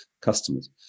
customers